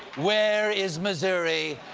where is missouri?